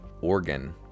organ